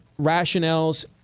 rationales